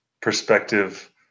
perspective